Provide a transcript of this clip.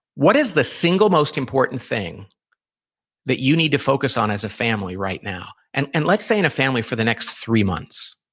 what is the single most important thing that you need to focus on as a family right now? and and let's say in a family for the next three months?